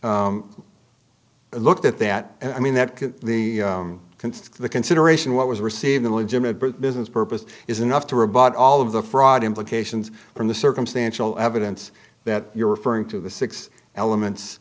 i looked at that and i mean that the construct the consideration what was received a legitimate business purpose is enough to rebut all of the fraud implications from the circumstantial evidence that you're referring to the six elements